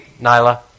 Nyla